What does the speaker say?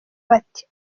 bati